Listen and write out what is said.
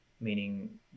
meaning